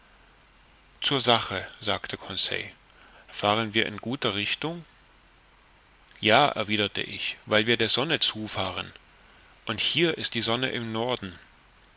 zur sache sagte conseil fahren wir in guter richtung ja erwiderte ich weil wir der sonne zufahren und hier ist die sonne im norden